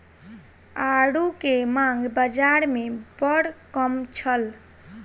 आड़ू के मांग बाज़ार में बड़ कम छल